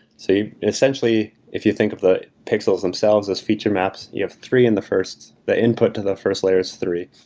so essentially, if you think of the pixels themselves as feature maps, you have three in the first the input to the first layer is three,